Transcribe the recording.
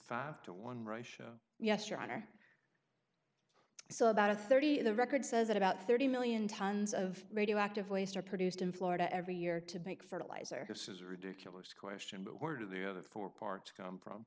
five to one ratio yes your honor so about a thirty the record says that about thirty million tons of radioactive waste are produced in florida every year to make fertilizer he says a ridiculous question but word of the other four parts come from